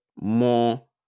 more